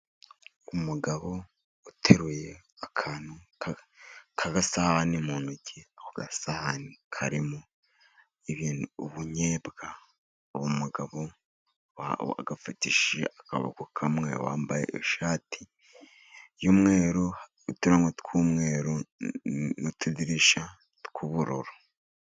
Umugabo uteruye akantu k'agasahani mu ntoki. Ako gasahani karimo ibintu ubunyobwa. Uwo mugabo agafatishije akaboko kamwe, yambaye ishati y'umweru uturongo tw'umweru n'utudirishya tw'ubururu.